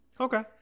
Okay